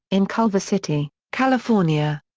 in culver city, california.